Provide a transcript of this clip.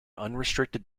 unrestricted